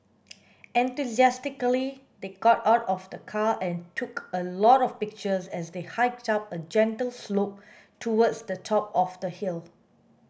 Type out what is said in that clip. enthusiastically they got out of the car and took a lot of pictures as they hiked up a gentle slope towards the top of the hill